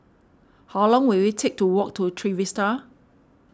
how long will it take to walk to Trevista